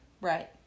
Right